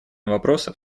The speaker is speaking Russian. вопросов